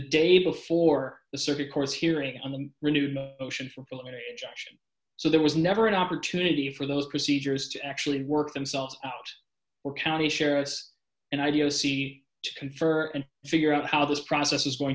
day before the circuit courts hearing on the renewal junction so there was never an opportunity for those procedures to actually work themselves out or county sheriffs and ideo see to confer and figure out how this process is going